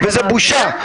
וזאת בושה.